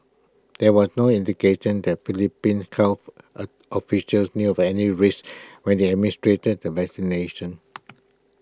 there was no indication that Philippines health O officials knew of any risks when they administered the vaccination